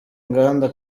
nganda